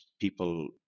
people